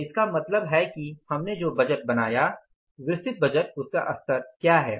तो इसका मतलब है कि हमने जो बजट बनाया विस्तृत बजट उसका स्तर क्या है